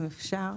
אם אפשר,